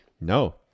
No